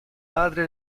padre